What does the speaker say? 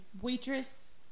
waitress